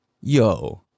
yo